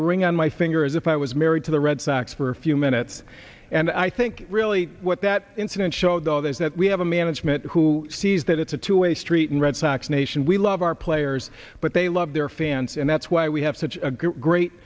the ring on my finger as if i was married to the red sox for a few minutes and i think really what that incident showed though there is that we have a management who sees that it's a two way street and red sox nation we love our players but they love their fans and that's why we have such a great